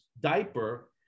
diaper